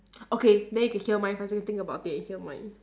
okay then you can hear mine first then you think about it when you hear mine